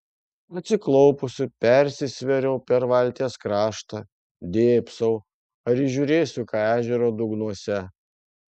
atsiklaupusi persisvėriau per valties kraštą dėbsau ar įžiūrėsiu ką ežero dugnuose